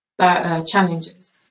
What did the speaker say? challenges